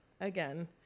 again